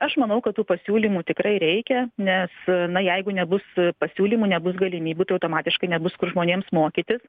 aš manau kad tų pasiūlymų tikrai reikia nes na jeigu nebus pasiūlymų nebus galimybių tai automatiškai nebus kur žmonėms mokytis